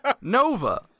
Nova